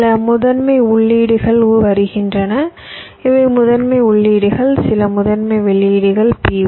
சில முதன்மை உள்ளீடுகள் வருகின்றன இவை முதன்மை உள்ளீடுகள் சில முதன்மை வெளியீடுகள் PO